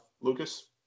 Lucas